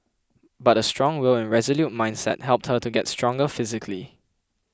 but a strong will and resolute mindset helped her to get stronger physically